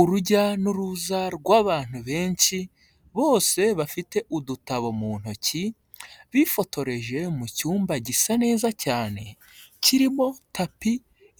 Urujya n'uruza rw'abantu benshi, bose bafite udutabo mu ntoki, bifotoreje mu cyumba gisa neza cyane, kirimo tapi